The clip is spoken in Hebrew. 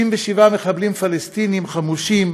67 מחבלים פלסטינים חמושים,